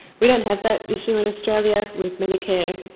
we don't have that issue in australia, with medicare,